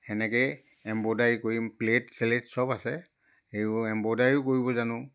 সেনেকৈয়ে এম্ব্ৰইডাৰী কৰিম প্লেট চেলেট চব আছে সেইবোৰ এম্ব্ৰইডাৰীও কৰিব জানো